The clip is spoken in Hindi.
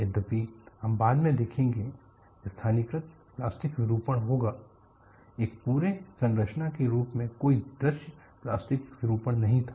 यद्यपि हम बाद में देखेंगे स्थानीयकृत प्लास्टिक विरूपण होगा एक पूरे संरचना के रूप में कोई दृश्य प्लास्टिक विरूपण नहीं था